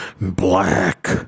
black